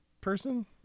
person